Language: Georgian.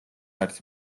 არის